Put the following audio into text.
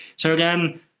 so again,